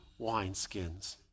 wineskins